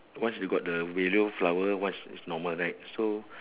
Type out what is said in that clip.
because you got the yellow flower one is normal right so